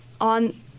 on